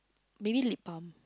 maybe lip balm